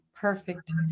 Perfect